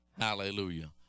Hallelujah